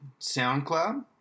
SoundCloud